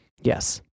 Yes